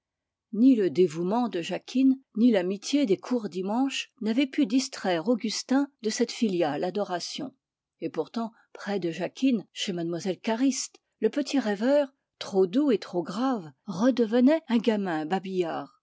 ni le dévouement de jacquine ni l'amitié des courdimanche n'avaient pu distraire augustin de cette filiale adoration et pourtant près de jacquine chez mlle cariste le petit rêveur trop doux et trop grave redevenait un gamin babillard